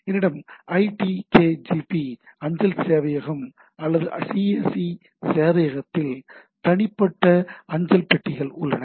எங்களிடம் itkgp அஞ்சல் சேவையகம் அல்லது cac சேவையகத்தில் தனிப்பட்ட அஞ்சல் பெட்டிகள் உள்ளன